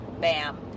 bam